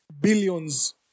billions